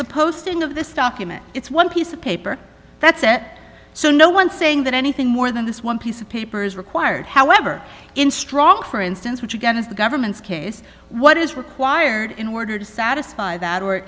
the posting of this document it's one piece of paper that's it so no one saying that anything more than this one piece of paper is required however in strong for instance which again is the government's case what is required in order to satisfy that or